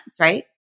right